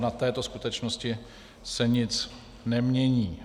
Na této skutečnosti se nic nemění.